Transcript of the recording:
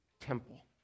temple